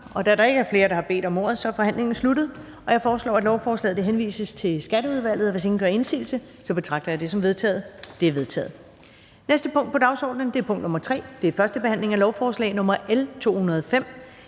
Da der ikke er flere, der har bedt om ordet, er forhandlingen sluttet. Jeg foreslår, at lovforslaget henvises til Skatteudvalget. Hvis ingen gør indsigelse, betragter jeg det som vedtaget. Det er vedtaget. --- Det næste punkt på dagsordenen er: 3) 1. behandling af lovforslag nr. L 205: